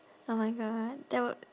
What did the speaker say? oh my god that would